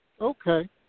Okay